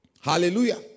Hallelujah